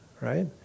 Right